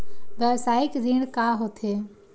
व्यवसायिक ऋण का होथे?